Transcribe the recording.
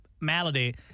malady